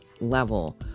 level